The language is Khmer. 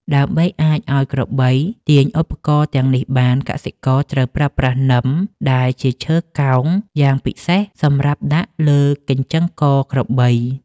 ដើម្បីអាចឱ្យក្របីទាញឧបករណ៍ទាំងនេះបាន កសិករត្រូវប្រើប្រាស់ នឹម ដែលជាឈើកោងយ៉ាងពិសេសសម្រាប់ដាក់លើកញ្ចឹងកក្របី។